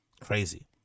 Crazy